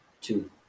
two